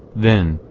then,